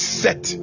set